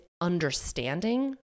understanding